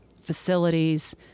facilities